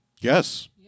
Yes